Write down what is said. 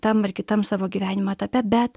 tam ar kitam savo gyvenimo etape bet